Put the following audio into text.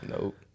Nope